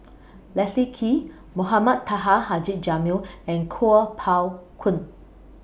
Leslie Kee Mohamed Taha Haji Jamil and Kuo Pao Kun